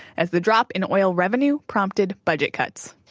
as the drop in oil revenue prompted budget cuts.